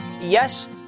Yes